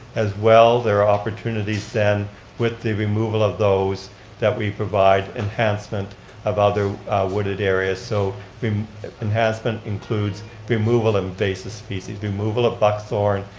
as well, there are opportunities then with the removal of those that we provide enhancement of other wooded areas, so enhancement includes removal of invasive species, removal of buckthorn,